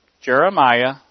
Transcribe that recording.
Jeremiah